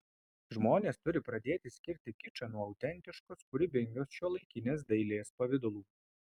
žmonės turi pradėti skirti kičą nuo autentiškos kūrybingos šiuolaikinės dailės pavidalų